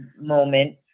moment